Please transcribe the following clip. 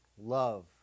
love